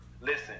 listen